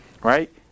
Right